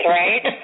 right